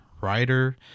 writer